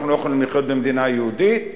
אנחנו לא יכולים לחיות במדינה יהודית,